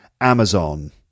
Amazon